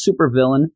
supervillain